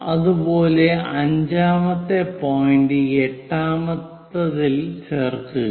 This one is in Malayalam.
അതുപോലെ 5 മത്തെ പോയിന്റ് 8 മത്തെതിൽ ചേർക്കുക